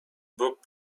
book